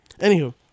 Anywho